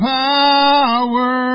power